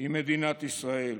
עם מדינת ישראל,